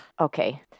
okay